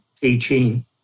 teaching